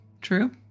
true